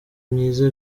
myiza